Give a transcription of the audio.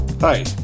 Hi